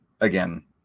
again